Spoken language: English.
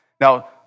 Now